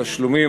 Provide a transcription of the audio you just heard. תשלומים,